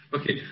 Okay